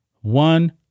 One